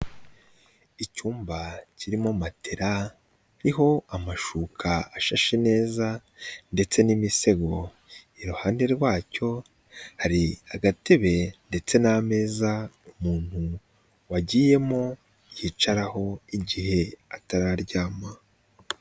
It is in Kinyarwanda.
Icyumba kirimo matela niho amashuka ashashe neza ndetse n'imisego iruhande rwacyo, hari agatebe ndetse n'ameza umuntu wagiyemo yicaraho igihe atararyama.